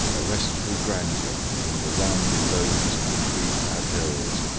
a restful grandeur in the rounded domes of the tree-clad hills,